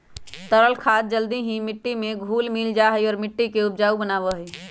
तरल खाद जल्दी ही मिट्टी में घुल मिल जाहई और मिट्टी के उपजाऊ बनावा हई